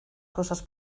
cosas